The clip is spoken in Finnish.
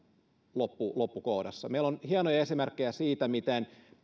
loppukohdassa meillä on hienoja esimerkkejä siitä miten